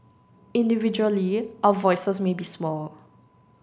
individually our voices may be small